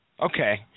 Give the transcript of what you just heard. Okay